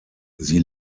sie